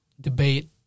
debate